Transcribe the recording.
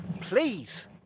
Please